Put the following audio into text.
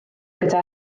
gyda